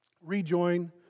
rejoin